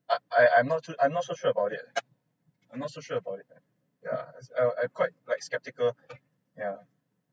I I'm not too I'm not so sure about it leh I'm not so sure about it leh yeah as I I quite like sceptical yeah